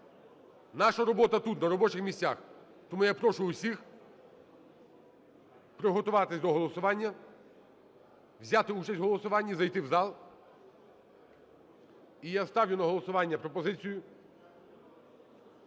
Наша робота тут, на робочих місцях. Тому я прошу всіх приготуватись до голосування, взяти участь в голосуванні, зайти в зал. І я ставлю на голосування пропозицію